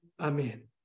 Amen